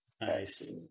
Nice